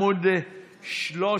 13,